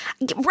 Right